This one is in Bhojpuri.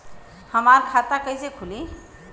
हमार खाता कईसे खुली?